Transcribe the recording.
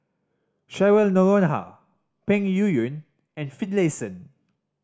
Cheryl Noronha Peng Yuyun and Finlayson